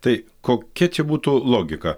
tai kokia čia būtų logika